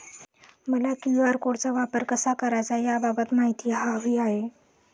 मला क्यू.आर कोडचा वापर कसा करायचा याबाबत माहिती हवी आहे